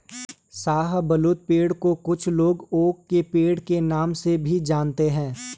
शाहबलूत पेड़ को कुछ लोग ओक के पेड़ के नाम से भी जानते है